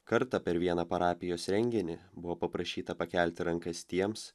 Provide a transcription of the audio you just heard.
kartą per vieną parapijos renginį buvo paprašyta pakelti rankas tiems